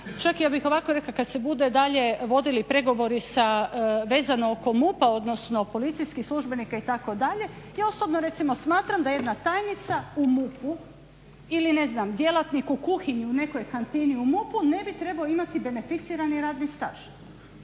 čak ja bih i ovako rekla kada se bude dalje vodili pregovori vezano oko MUP-a odnosno policijskih službenika itd. ja osobno recimo smatram da jedna tajnica u MUP-u ili ne znam djelatnik u kuhinji u nekoj kantini u MUP-u ne bi trebao beneficirani radni staž